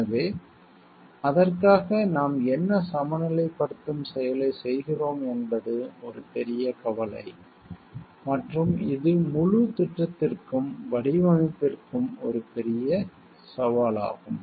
எனவே அதற்காக நாம் என்ன சமநிலைப்படுத்தும் செயலைச் செய்கிறோம் என்பது ஒரு பெரிய கவலை மற்றும் இது முழு திட்டத்திற்கும் வடிவமைப்பிற்கும் ஒரு பெரிய சவாலாகும்